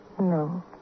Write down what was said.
No